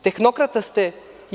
Tehnokrata ste.